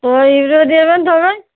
তবে ইউরিয়া দেবেন তবে